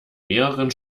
mehreren